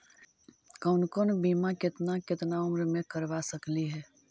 कौन कौन बिमा केतना केतना उम्र मे करबा सकली हे?